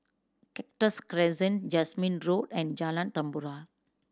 Cactus Crescent Jasmine Road and Jalan Tempua